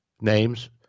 names